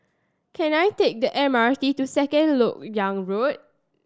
can I take the M R T to Second Lok Yang Road